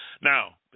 Now